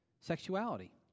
sexuality